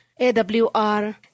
AWR